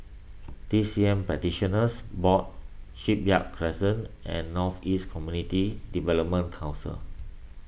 T C M Practitioners Board Shipyard Crescent and North East Community Development Council